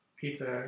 Pizza